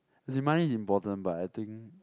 as money is important but I think